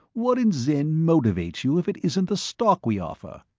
what in zen motivates you if it isn't the stock we offer?